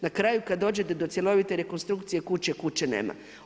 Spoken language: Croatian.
Na kraju kad dođete do cjelovite rekonstrukcije kuće – kuće nema.